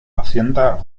hacienda